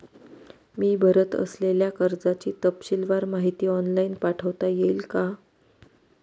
मी भरत असलेल्या कर्जाची तपशीलवार माहिती ऑनलाइन पाठवता येईल का?